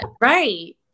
Right